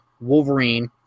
Wolverine